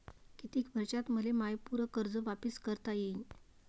कितीक वर्षात मले माय पूर कर्ज वापिस करता येईन?